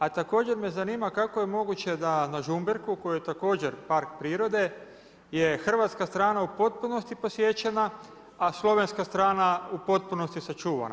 A također me zanima kako je moguće da na Žumberku koji je također Park prirode je hrvatska strana u potpunosti posjećena a slovenska strana u potpunosti sačuvana.